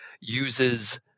uses